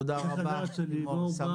תודה רבה, לימור.